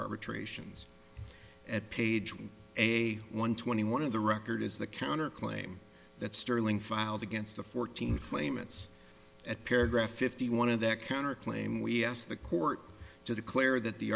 arbitrations at page one a one twenty one of the record is the counter claim that sterling filed against the fourteen claimants at paragraph fifty one of their counter claim we asked the court to declare that the